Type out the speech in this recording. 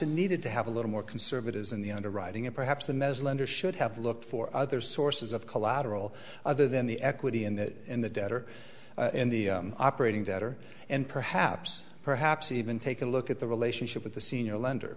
a needed to have a little more conservatives in the underwriting and perhaps the most lenders should have looked for other sources of collateral other than the equity in that in the debt or in the operating debt or and perhaps perhaps even take a look at the relationship with the senior lend